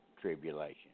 tribulation